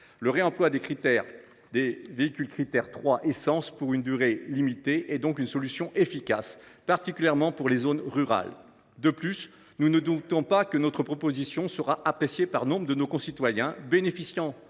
Le réemploi des véhicules Crit’Air 3 à moteur essence pour une durée limitée est donc une solution efficace, particulièrement dans les zones rurales. En outre, nous ne doutons pas que notre proposition sera appréciée par nombre de nos concitoyens bénéficiant